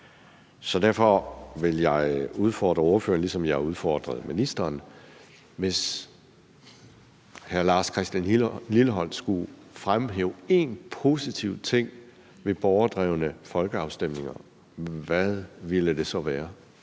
Så derfor vil jeg udfordre ordføreren, ligesom jeg udfordrede ministeren. Hvis hr. Lars Christian Lilleholt skulle fremhæve én positiv ting ved borgerdrevne folkeafstemninger, hvad ville det så være?